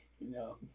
No